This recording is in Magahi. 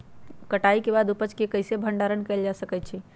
कटाई के बाद उपज के कईसे भंडारण कएल जा सकई छी?